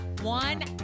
one